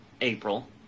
April